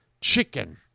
chicken